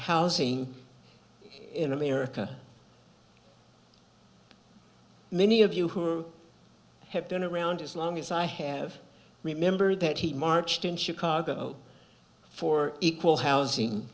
housing in america many of you who have been around as long as i have remember that he marched in chicago for equal housing